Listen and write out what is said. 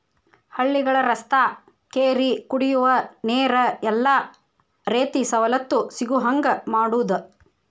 ಹಳ್ಳಿಗಳ ರಸ್ತಾ ಕೆರಿ ಕುಡಿಯುವ ನೇರ ಎಲ್ಲಾ ರೇತಿ ಸವಲತ್ತು ಸಿಗುಹಂಗ ಮಾಡುದ